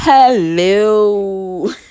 Hello